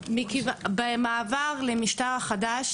במעבר למשטר החדש,